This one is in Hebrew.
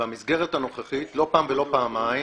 ובמסגרת הנוכחית, לא פעם ולא פעמיים,